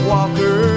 Walker